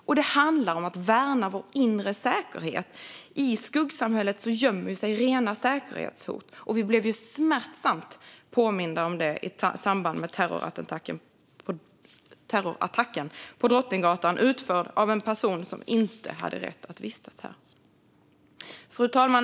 Och det handlar om att värna vår inre säkerhet. I skuggsamhället gömmer sig rena säkerhetshot. Det blev vi smärtsamt påminda om i samband med terrorattacken på Drottninggatan, som utfördes av en person som inte hade rätt att vistas här.